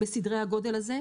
בסדרי הגודל הזה,